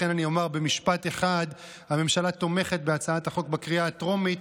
לכן אני אומר במשפט אחד: הממשלה תומכת בהצעת החוק בקריאה הטרומית,